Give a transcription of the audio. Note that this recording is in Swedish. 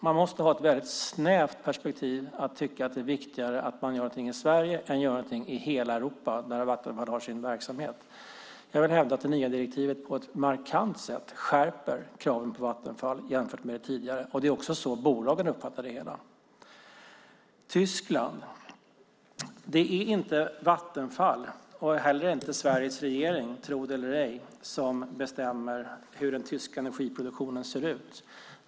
Man måste ha ett väldigt snävt perspektiv för att tycka att det är viktigare att man gör någonting i Sverige än att man gör någonting i hela Europa där Vattenfall har sin verksamhet. Jag vill hävda att det nya direktivet på ett markant sätt skärper kraven på Vattenfall jämfört med det tidigare. Det är också så bolaget uppfattar det hela. Det är inte Vattenfall och inte heller Sveriges regering, tro det eller ej, som bestämmer hur den tyska energiproduktionen ser ut.